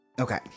Okay